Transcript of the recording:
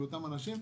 בשביל אותם אנשים.